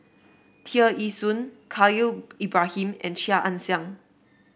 Tear Ee Soon Khalil Ibrahim and Chia Ann Siang